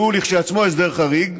שהוא כשלעצמו הסדר חריג,